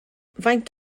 faint